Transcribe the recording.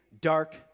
dark